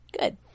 good